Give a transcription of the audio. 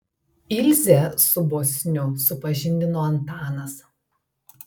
ilzę su bosniu supažindino antanas